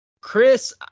Chris